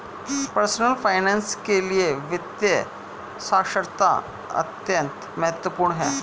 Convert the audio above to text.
personal finance के लिए वित्तीय साक्षरता अत्यंत महत्वपूर्ण है